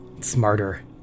smarter